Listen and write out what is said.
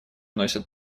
носят